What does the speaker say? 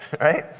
Right